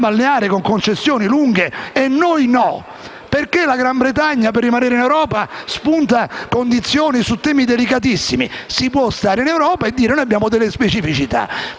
balneare, con delle concessioni lunghe, e noi no? Perché la Gran Bretagna, per rimanere in Europa, sconta delle condizioni migliorative su temi delicatissimi? Si può stare in Europa e dire che abbiamo delle specificità.